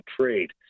trade